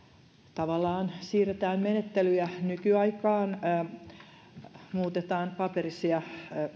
tavallaan siirretään menettelyjä nykyaikaan muutetaan paperisten